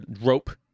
rope